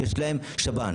יש להם שב"ן.